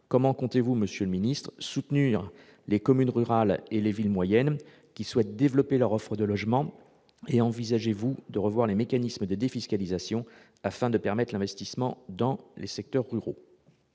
Comment comptez-vous, monsieur le ministre, soutenir les communes rurales et les villes moyennes qui souhaitent développer leur offre de logements ? Envisagez-vous de revoir les mécanismes de défiscalisation afin de permettre l'investissement les secteurs ruraux ?